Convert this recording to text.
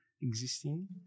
existing